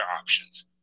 options